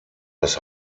das